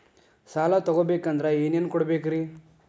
ಸಾಲ ತೊಗೋಬೇಕಂದ್ರ ಏನೇನ್ ಕೊಡಬೇಕ್ರಿ?